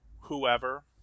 whoever